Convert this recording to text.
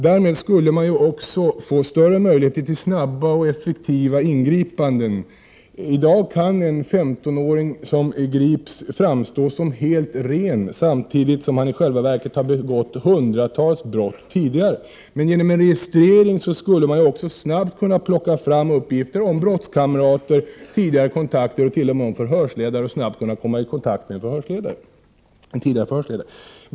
Därmed skulle man få större möjligheter till snabba och effektiva ingripanden. I dag kan en 15-åring som grips framstå som helt ”ren”, samtidigt som han i själva verket begått hundratals brott tidigare. Genom en registrering skulle man snabbt kunna plocka fram uppgifter om brottskamrater, tidigare kontakter och t.o.m. om tidigare förhörsledare.